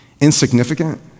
insignificant